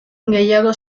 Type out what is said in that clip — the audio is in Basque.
gehiago